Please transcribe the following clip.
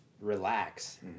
relax